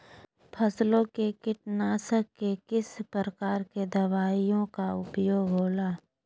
फसलों के कीटनाशक के किस प्रकार के दवाइयों का उपयोग हो ला?